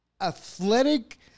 athletic